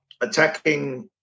attacking